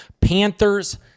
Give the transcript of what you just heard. Panthers